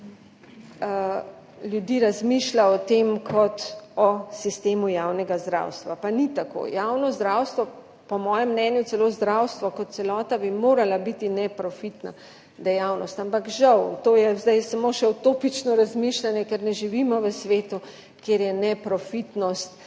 ljudi razmišlja o tem kot o sistemu javnega zdravstva, pa ni tako. Javno zdravstvo, po mojem mnenju celo zdravstvo kot celota, bi moralo biti neprofitna dejavnost. Ampak žal, to je zdaj samo še utopično razmišljanje, ker ne živimo v svetu, kjer je neprofitnost